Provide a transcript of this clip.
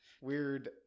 weird